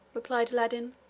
replied aladdin.